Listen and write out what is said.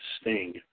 Sting